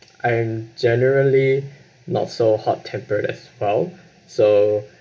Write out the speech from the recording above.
I'm generally not so hot tempered as well so